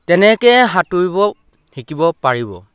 তেনেকৈ সাঁতুৰিব শিকিব পাৰিব